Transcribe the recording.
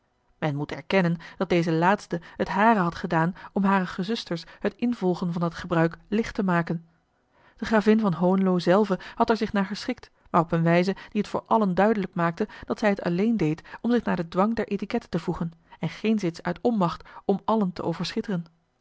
men moet erkennen dat deze laatste het hare had gedaan om hare gezusters het involgen van dat gebruik licht te maken de gravin van hohenlo zelve had er zich naar geschikt maar op eene wijze die het voor allen duidelijk maakte dat zij het alleen deed om zich naar den dwang der étiquette te voegen en geenszins uit onmacht om allen te